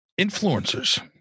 influencers